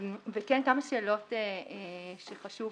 כמה שאלות שחשוב